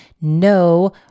no